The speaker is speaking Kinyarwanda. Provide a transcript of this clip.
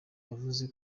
yavuze